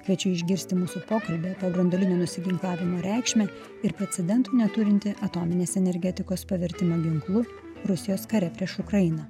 kviečiu išgirsti mūsų pokalbį apie branduolinio nusiginklavimo reikšmę ir precedento neturintį atominės energetikos pavertimą ginklu rusijos kare prieš ukrainą